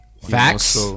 Facts